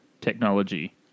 technology